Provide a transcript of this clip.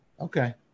Okay